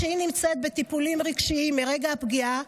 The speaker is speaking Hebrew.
כשהיא נמצאת בטיפולים רגשיים מרגע הפגיעה,